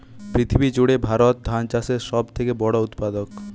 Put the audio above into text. পৃথিবী জুড়ে ভারত ধান চাষের সব থেকে বড় উৎপাদক